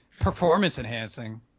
performance-enhancing